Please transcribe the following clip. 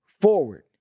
forward